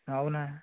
हो ना